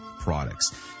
products